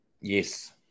Yes